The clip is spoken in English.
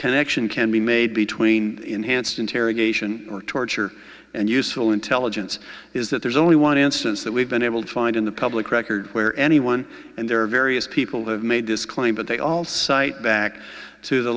connection can be made between enhanced interrogation or torture and useful intelligence is that there's only one instance that we've been able to find in the public record where anyone and their various people have made this claim but they all cite back to the